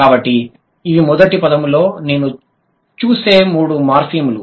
కాబట్టి ఇవి మొదటి పదంలో నేను చూసే మూడు మార్ఫిమ్లు